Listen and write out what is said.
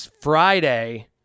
Friday